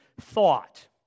thought